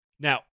Now